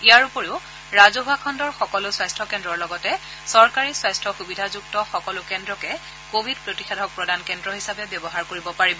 ইয়াৰ উপৰিও ৰাজহুৱা খণ্ডৰ সকলো স্বাস্থ্য কেন্দ্ৰৰ লগতে চৰকাৰী স্বাস্থ্য সুবিধাযুক্ত সকলো কেন্দ্ৰকে কোৱিড প্ৰতিষেধক প্ৰদান কেন্দ্ৰ হিচাপে ব্যৱহাৰ কৰিব পাৰিব